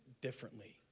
differently